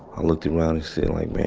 i looked around and said like, man.